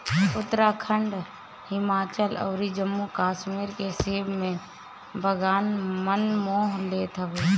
उत्तराखंड, हिमाचल अउरी जम्मू कश्मीर के सेब के बगान मन मोह लेत हवे